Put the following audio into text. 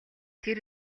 тэр